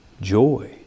joy